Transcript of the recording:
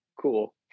cool